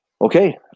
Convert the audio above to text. okay